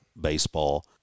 baseball